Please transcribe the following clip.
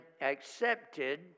accepted